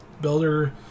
builder